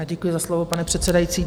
Děkuji za slovo, pane předsedající.